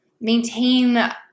maintain